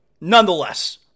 nonetheless